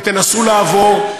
ותנסו לעבור,